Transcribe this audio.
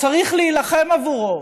וצריך להילחם עבורו.